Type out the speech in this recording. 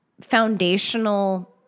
foundational